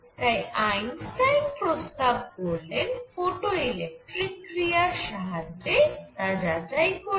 তাই আইনস্টাইন প্রস্তাব করলেন ফটোইলেক্ট্রিক ক্রিয়ার সাহায্যে তা যাচাই করতে